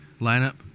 lineup